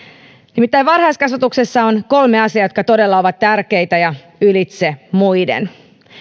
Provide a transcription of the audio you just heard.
nimittäin varhaiskasvatuksessa on kolme asiaa jotka todella ovat tärkeitä ja ylitse muiden